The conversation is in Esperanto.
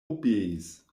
obeis